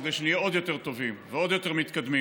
כדי שנהיה עוד יותר טובים ועוד יותר מתקדמים.